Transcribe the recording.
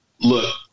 look